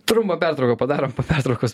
trumpą pertrauką padarom po pertraukos